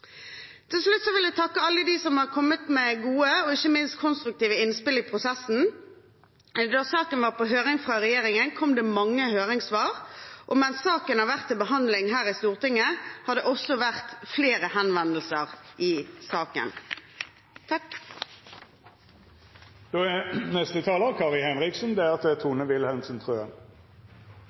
Til slutt vil jeg takke alle dem som har kommet med gode og ikke minst konstruktive innspill i prosessen. Da saken var på høring fra regjeringen, kom det mange høringssvar, og mens saken har vært til behandling her i Stortinget, har det også vært flere henvendelser om saken. Takk